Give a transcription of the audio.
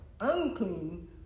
unclean